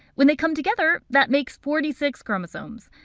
when they come together that makes forty six chromosomes.